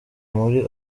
muri